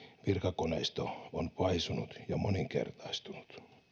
virkakoneisto on paisunut ja moninkertaistunut